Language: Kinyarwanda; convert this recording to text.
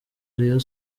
rayon